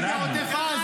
אתה גם אנאלפבית.